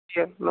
S नौ